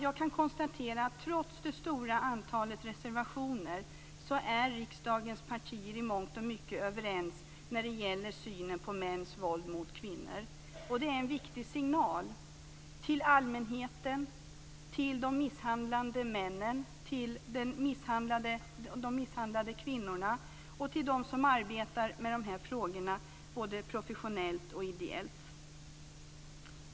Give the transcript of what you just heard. Jag kan konstatera att trots det stora antalet reservationer är riksdagens partier i mångt och mycket överens när det gäller synen på mäns våld mot kvinnor. Det är en viktig signal till allmänheten, till de misshandlande männen, till de misshandlade kvinnorna och till dem som arbetar med de här frågorna både professionellt och ideellt.